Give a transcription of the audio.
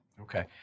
Okay